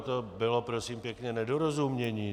To bylo, prosím pěkně, nedorozumění.